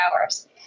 hours